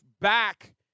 back